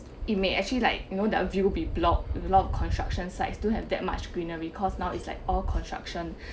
it may actually like you know their view will be blocked a lot of construction sites to have that much greenery cause now it's like all construction